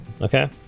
Okay